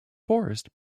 forest